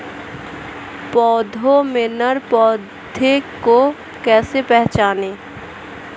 पौधों में नर पौधे को कैसे पहचानें?